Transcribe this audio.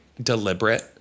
deliberate